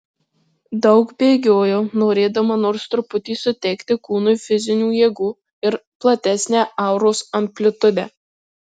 daug bėgiojau norėdama nors truputį suteikti kūnui fizinių jėgų ir platesnę auros amplitudę